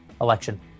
election